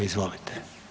Izvolite.